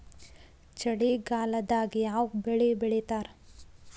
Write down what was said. ಚಳಿಗಾಲದಾಗ್ ಯಾವ್ ಬೆಳಿ ಬೆಳಿತಾರ?